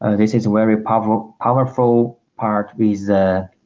ah this is very powerful powerful part with the